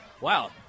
Wow